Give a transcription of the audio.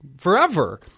forever